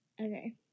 Okay